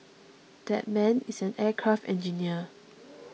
that man is an aircraft engineer